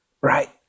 right